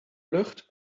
lucht